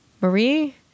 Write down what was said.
Marie